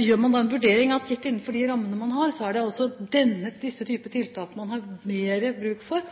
Gjør man en vurdering, gitt de rammene man har, er det altså disse typer tiltak man har mer bruk for